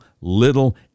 little